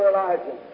Elijah